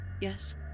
yes